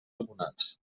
abonats